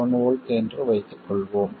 7 V என்று வைத்துக்கொள்வோம்